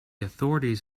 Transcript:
authorities